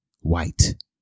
White